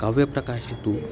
कव्यप्रकाशे तु